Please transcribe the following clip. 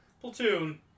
platoon